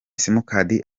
simukadi